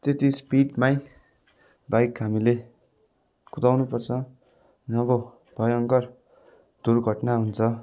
त्यति स्पिडमै बाइक हामीले कुदाउनु पर्छ नभए भयङ्कर दुर्घटना हुन्छ